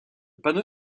panneau